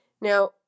Now